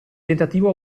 tentativo